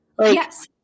yes